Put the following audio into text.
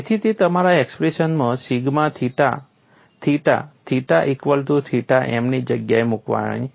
તેથી તે તમારા એક્સપ્રેશનમાં sigma theta theta theta equal to theta m ની જગ્યાએ મૂકવાથી આવે છે